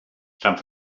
sant